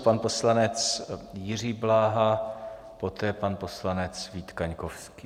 Pan poslanec Jiří Bláha, poté pan poslanec Vít Kaňkovský.